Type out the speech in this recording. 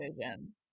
vision